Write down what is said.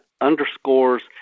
underscores